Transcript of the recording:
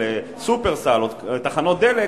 של סניפי "שופרסל" או תחנות דלק,